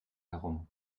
herum